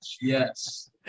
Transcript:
yes